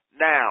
Now